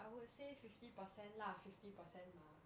I would say fifty percent 辣 fifty percent 麻